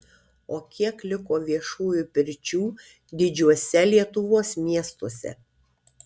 o kiek liko viešųjų pirčių didžiuose lietuvos miestuose